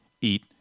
Eat